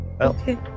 Okay